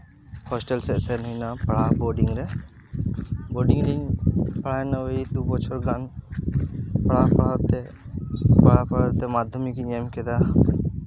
hostel ᱥᱮᱫ ᱥᱮᱱ ᱦᱩᱭ ᱱᱟ ᱯᱟᱲᱦᱟᱣ ᱵᱳᱰᱤᱝ ᱨᱮ ᱵᱳᱰᱤᱝ ᱨᱤᱧ ᱯᱟᱲᱦᱟᱣᱱᱟ ᱳᱭ ᱫᱩ ᱵᱚᱪᱷᱚᱨ ᱜᱟᱱ ᱯᱟᱲᱦᱟᱜ ᱯᱟᱲᱦᱟᱜ ᱛᱮ ᱯᱟᱲᱦᱟᱜ ᱯᱟᱲᱦᱟᱜ ᱛᱮ ᱢᱟᱫᱽᱫᱷᱚᱢᱤᱠ ᱤᱧ ᱮᱢ ᱠᱮᱫᱟ